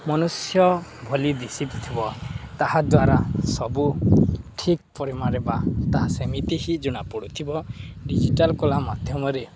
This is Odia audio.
ମନୁଷ୍ୟ ଭଲ ଦିଶିଥିବ ତାହାଦ୍ୱାରା ସବୁ ଠିକ୍ ପରିମାଣରେ ବା ତାହା ସେମିତି ହିଁ ଜଣା ପଡ଼ୁଥିବ ଡିଜିଟାଲ କଳା ମାଧ୍ୟମରେ